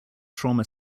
trauma